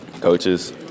Coaches